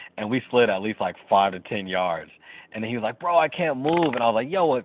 and we slid at least, like, five to ten yards and he was like, bro, i can't move. and i was like, yo, what?